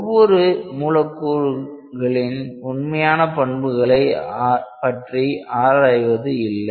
ஒவ்வொரு மூலக்கூறுகளின் உண்மையான பண்புகளைப் பற்றி ஆராய்வது இல்லை